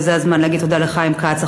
וזה הזמן להגיד תודה לחבר הכנסת חיים כץ.